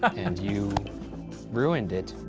and you ruined it.